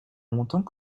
longtemps